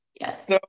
Yes